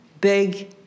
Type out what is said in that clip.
big